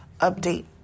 Update